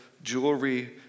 Jewelry